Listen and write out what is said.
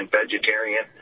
vegetarian